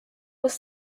was